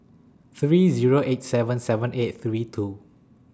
three Zero eight seven seven eight three two